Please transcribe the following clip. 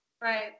Right